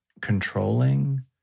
controlling